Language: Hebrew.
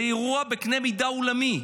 זה אירוע בקנה מידה עולמי.